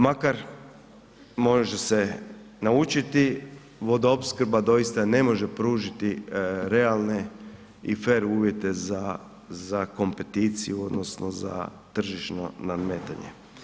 Makar može se naučiti, vodoopskrba doista ne može pružiti realne i fer uvjete za kompeticiju odnosno za tržišno nadmetanje.